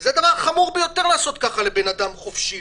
זה דבר חמור ביותר לעשות ככה לבן אדם חופשי,